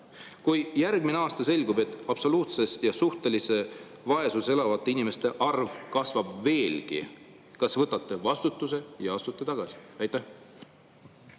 kui järgmine aasta selgub, et absoluutses ja suhtelises vaesuses elavate inimeste arv kasvab veelgi, kas võtate vastutuse ja astute tagasi? Aitäh,